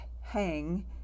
hang